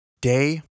Day